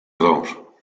ador